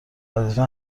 وظیفه